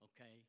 okay